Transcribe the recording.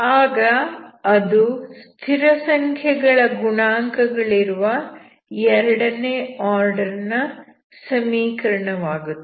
ಆಗ ಅದು ಸ್ಥಿರಸಂಖ್ಯೆಗಳ ಗುಣಾಂಕ ಗಳಿರುವ ಎರಡನೇ ಆರ್ಡರ್ ನ ಸಮೀಕರಣ ವಾಗುತ್ತದೆ